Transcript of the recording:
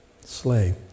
Slave